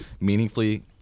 meaningfully